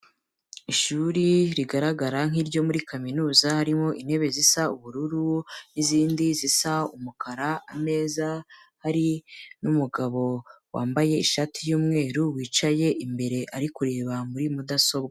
Ishuri rigaragara nk'iryo muri kaminuza, harimo intebe zisa ubururu n'izindi zisa umukara neza, hari n'umugabo wambaye ishati y'umweru wicaye imbere, ari kureba muri mudasobwa.